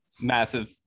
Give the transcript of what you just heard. Massive